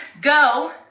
go